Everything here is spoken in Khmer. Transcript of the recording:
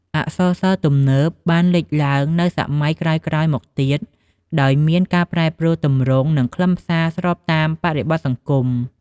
អក្សរសិល្ប៍ទំនើបបានលេចឡើងនៅសម័យក្រោយៗមកទៀត ដោយមានការប្រែប្រួលទម្រង់ និងខ្លឹមសារស្របតាមបរិបទសង្គម។